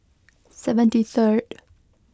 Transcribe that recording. seventy third